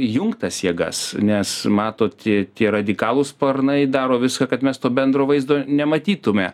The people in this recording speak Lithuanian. jungt tas jėgas nes matot tie tie radikalūs sparnai daro viską kad mes to bendro vaizdo nematytume